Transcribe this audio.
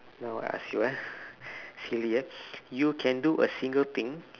now I ask you ah silly ah you can do a single thing